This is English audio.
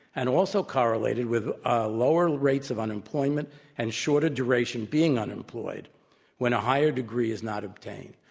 and also correlated with ah lower rates of unemployment and shorter duration being unemployed when a higher degree is not obtained.